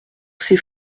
c’est